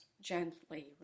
gently